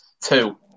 two